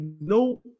no